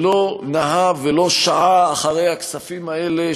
שלא נהה ולא שעה אחרי הכספים האלה,